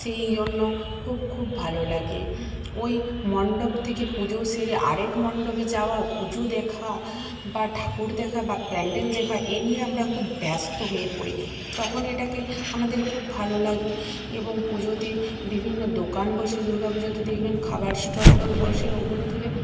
সেই জন্য খুব খুব ভালো লাগে ওই মণ্ডপ থেকে পুজো সেরে আরেক মণ্ডপে যাওয়া পুজো দেখা বা ঠাকুর দেখা বা প্যান্ডেল দেখা এই নিয়ে আমরা খুব ব্যস্ত হয়ে পড়ি তখন এটাকে আমাদের খুব ভালো লাগে এবং পুজোতে বিভিন্ন দোকান বসে দুর্গা পুজোতে দেখবেন খাবার স্টল টল বসে ওগুলো থেকে